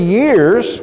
years